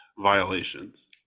Violations